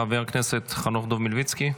חבר הכנסת חנוך דב מלביצקי,